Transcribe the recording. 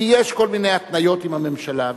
כי יש כל מיני התניות עם הממשלה.